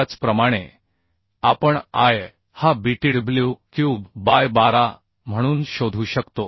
त्याचप्रमाणे आपण I हा btw क्यूब बाय 12 म्हणून शोधू शकतो